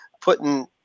putting